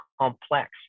complex